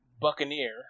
Buccaneer